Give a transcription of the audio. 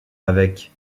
avec